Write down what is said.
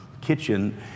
kitchen